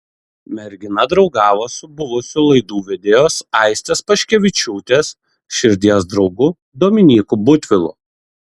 mergina draugavo su buvusiu laidų vedėjos aistės paškevičiūtės širdies draugu dominyku butvilu